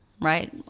right